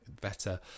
better